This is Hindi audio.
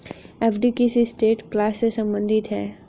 एफ.डी किस एसेट क्लास से संबंधित है?